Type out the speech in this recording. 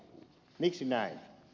miksi näin